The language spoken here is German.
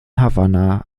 havanna